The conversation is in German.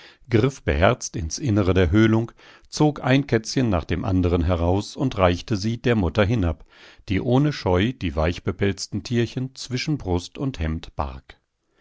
griff beherzt ins innere der höhlung zog ein kätzchen nach dem anderen heraus und reichte sie der mutter hinab die ohne scheu die weichbepelzten tierchen zwischen brust und hemd barg